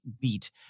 beat